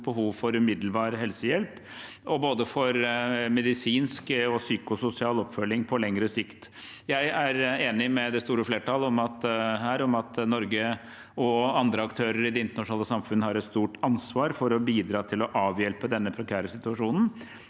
behov for umiddelbar helsehjelp og for både medisinsk og psykososial oppfølging på lengre sikt. Jeg er enig med det store flertallet her i at Norge og andre aktører i det internasjonale samfunn har et stort ansvar for å bidra til å avhjelpe denne prekære situasjonen,